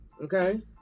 Okay